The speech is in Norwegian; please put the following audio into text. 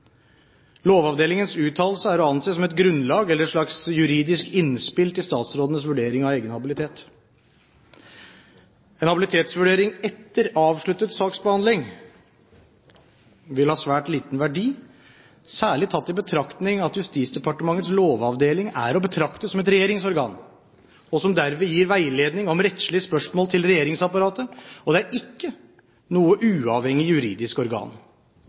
Lovavdelingens uttalelse er å anse som et grunnlag eller et slags juridisk innspill til statsrådenes vurdering av egen habilitet. En habilitetsvurdering etter avsluttet saksbehandling vil ha svært liten verdi, særlig tatt i betraktning at Justisdepartementets lovavdeling er å betrakte som et regjeringsorgan, og som derved gir veiledning om rettslige spørsmål til regjeringsapparatet: Det er ikke noe uavhengig juridisk organ.